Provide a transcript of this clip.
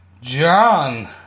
john